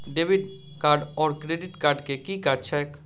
Debit card आओर credit card केँ की काज छैक?